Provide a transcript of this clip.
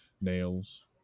nails